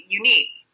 unique